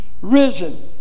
Risen